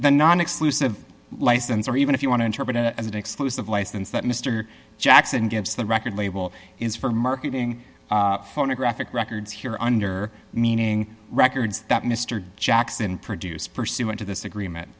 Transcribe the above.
the nonexclusive license or even if you want to interpret it as an exclusive license that mr jackson gives the record label is for marketing photographic records here under meaning records that mr jackson produced pursuant to this agreement